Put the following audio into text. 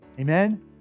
Amen